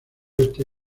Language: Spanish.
oeste